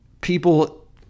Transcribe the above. people